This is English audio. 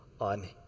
on